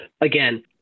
Again